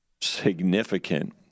significant